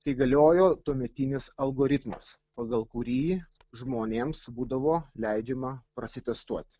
kai galiojo tuometinis algoritmas pagal kurį žmonėms būdavo leidžiama prasi testuoti